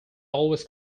always